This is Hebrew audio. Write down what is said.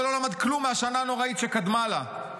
ולא למד כלום מהשנה הנוראית שקדמה לה.